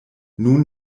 nun